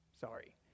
sorry